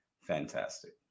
fantastic